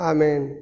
Amen